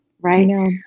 right